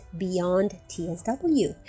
beyondtsw